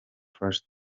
flash